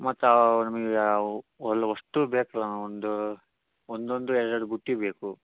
ಮತ್ತೆ ಅವು ನಮಗೆ ಅವು ಅಲ್ಲ ಅಷ್ಟು ಬೇಕಲ್ಲ ಒಂದು ಒಂದೊಂದು ಎರಡೆರಡು ಬುಟ್ಟಿ ಬೇಕು